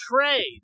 trade